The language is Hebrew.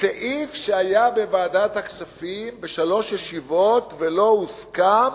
סעיף שהיה בוועדת הכספים בשלוש ישיבות, ולא הוסכם,